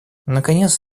наконец